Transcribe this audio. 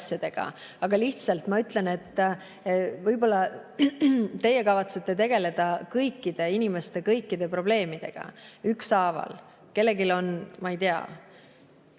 Ma lihtsalt ütlen, et võib-olla teie kavatsete tegeleda kõikide inimeste kõikide probleemidega ükshaaval, et kui kellelgi on, ma ei tea,